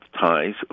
ties